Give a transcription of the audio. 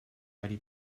ready